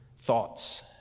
thoughts